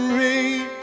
rain